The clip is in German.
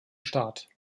start